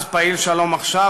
אז פעיל "שלום עכשיו",